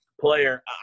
player